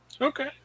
Okay